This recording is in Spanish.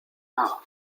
nada